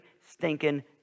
stinking